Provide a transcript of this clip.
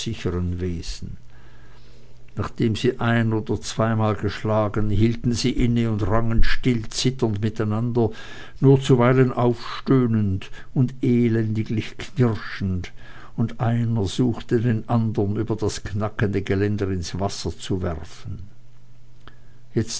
wesen nachdem sie ein oder zweimal geschlagen hielten sie inne und rangen still zitternd miteinander nur zuweilen aufstöhnend und elendiglich knirschend und einer suchte den andern über das knackende geländer ins wasser zu werfen jetzt